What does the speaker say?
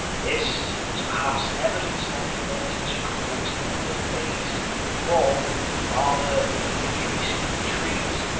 this is perhaps evidence that they wanted to conduct another phased withdrawal rather than a hasty retreat,